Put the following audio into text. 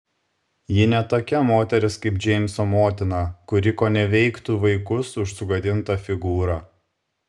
ji ne tokia moteris kaip džeimso motina kuri koneveiktų vaikus už sugadintą figūrą